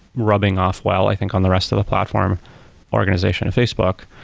rubbing off while i think on the rest of the platform organization of facebook